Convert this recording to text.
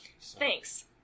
Thanks